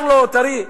תגיד לי,